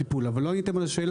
אז מה אתה אומר לו,